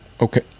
okay